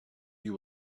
you